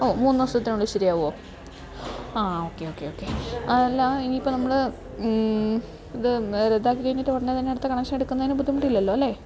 ഓ മൂന്ന് ദിവസത്തിനുള്ളിൽ ശരിയാകുമോ ആ ഓക്കെ ഓക്കെ ഓക്കെ അതല്ല ഇനി ഇപ്പോൾ നമ്മൾ ഇത് റദ്ധാക്കി കഴിഞ്ഞിട്ട് ഉടനെ തന്നെ അടുത്ത കണക്ഷൻ എടുക്കുന്നതിന് ബുദ്ധിമുട്ടില്ലല്ലോ അല്ലേ